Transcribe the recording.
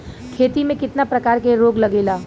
खेती में कितना प्रकार के रोग लगेला?